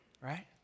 Right